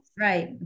Right